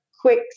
quick